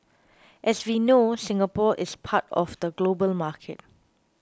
as we know Singapore is part of the global market